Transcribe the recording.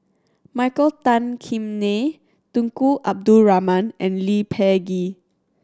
Michael Tan Kim Nei Tunku Abdul Rahman and Lee Peh Gee